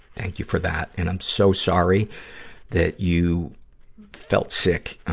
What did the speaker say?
thank you for that, and i'm so sorry that you felt sick, ah,